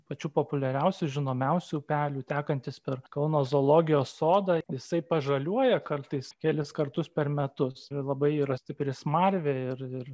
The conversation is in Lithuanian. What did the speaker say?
pačių populiariausių žinomiausių upelių tekantis per kauno zoologijos sodą jisai pažaliuoja kartais kelis kartus per metus labai yra stipri smarvė ir ir